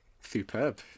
Superb